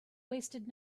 wasted